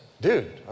dude